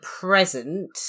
present